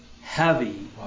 heavy